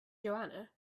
joanna